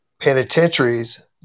penitentiaries